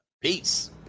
Peace